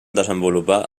desenvolupar